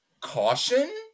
caution